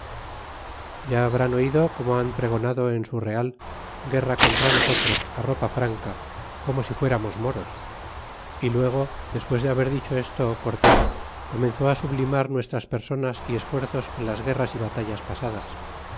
ya habrán oido como han pregonado en su real guerra contra nosotros ropa franca como si fuéramos moros y luego despues de haber dicho esto cortés comenzó á sublimar nuestras personas y esfuerzos en las guerras y batallas pasadas